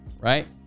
right